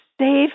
saved